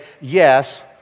yes